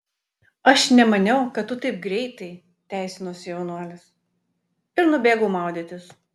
aš nemaniau kad tu taip greitai teisinosi jaunuolis ir nubėgau maudytis